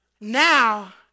now